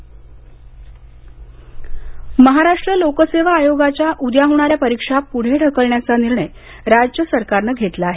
परिक्षा लोकसेवा आयोग महाराष्ट्र लोकसेवा आयोगाच्या उद्या होणाऱ्या परीक्षा पुढे ढकलण्याचा निर्णय राज्य सरकारनं घेतला आहे